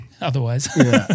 otherwise